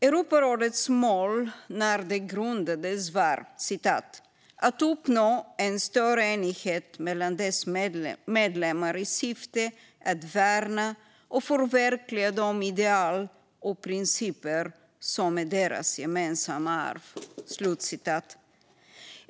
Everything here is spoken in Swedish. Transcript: Europarådets mål när det grundades var "att uppnå en större enighet mellan dess medlemmar i syfte att värna och förverkliga de ideal och principer som är deras gemensamma arv".